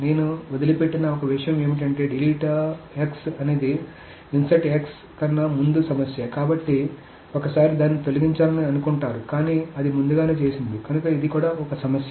నేను వదిలిపెట్టిన ఒక విషయం ఏమిటంటే డిలీట్ అనేది ఇన్సర్ట్ కన్నా ముందు సమస్య కాబట్టి ఒకసారి దాన్ని తొలగించాలని అనుకుంటారు కానీ అది ముందుగానే చేసింది కనుక ఇది కూడా ఒక సమస్య